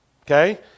Okay